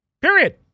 Period